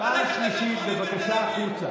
פעם שלישית, בבקשה החוצה.